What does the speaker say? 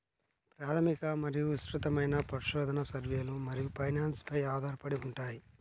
ప్రాథమిక మరియు విస్తృతమైన పరిశోధన, సర్వేలు మరియు ఫైనాన్స్ పై ఆధారపడి ఉంటాయి